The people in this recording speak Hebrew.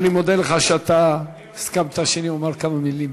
אני מודה לך על שהסכמת שאומר כמה מילים.